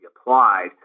applied